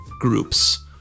groups